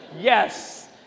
Yes